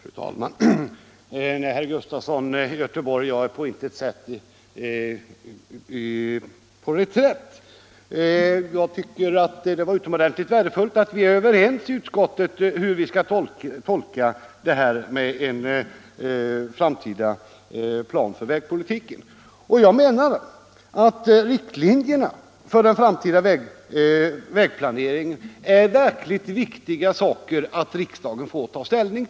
Fru talman! Nej, herr Gustafson i Göteborg, jag är på intet sätt på reträtt. Det är utomordentligt värdefullt att vi i utskottet är överens om hur förslaget om en framtida plan för vägpolitiken skall tolkas. Vi menar — Nr 49 att det verkligen är viktigt att riksdagen får ta ställning till riktlinjerna Torsdagen den för den framtida vägpolitiken.